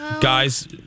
guys